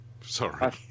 Sorry